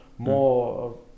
More